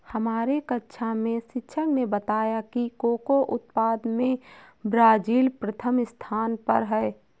हमारे कक्षा में शिक्षक ने बताया कि कोको उत्पादन में ब्राजील प्रथम स्थान पर है